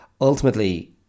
ultimately